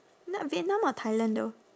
n~ vietnam or thailand though